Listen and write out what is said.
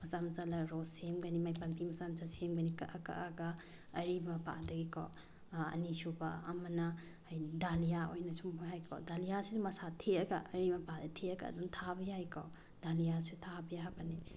ꯃꯆꯥ ꯃꯆꯥꯅ ꯔꯣꯖ ꯁꯦꯝꯒꯅꯤ ꯃꯥꯏ ꯄꯥꯝꯕꯤ ꯃꯆꯥ ꯃꯆꯥ ꯁꯦꯝꯒꯅꯤ ꯀꯛꯑ ꯀꯛꯑꯒ ꯑꯔꯤꯕ ꯃꯄꯥꯗꯒꯤꯀꯣ ꯑꯅꯤ ꯁꯨꯕ ꯑꯃꯅ ꯍꯥꯏ ꯗꯥꯂꯤꯌꯥ ꯑꯣꯏꯅ ꯁꯨꯝꯕ ꯍꯥꯏꯀꯣ ꯗꯥꯂꯤꯌꯥꯁꯤꯁꯨ ꯃꯁꯥ ꯊꯦꯛꯑꯒ ꯑꯔꯤꯕ ꯃꯄꯥꯗ ꯊꯦꯛꯑꯒ ꯑꯗꯨꯝ ꯊꯥꯕ ꯌꯥꯏꯀꯣ ꯗꯥꯂꯤꯌꯥꯁꯨ ꯊꯥꯕ ꯌꯥꯕꯅꯤ